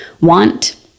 want